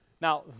Now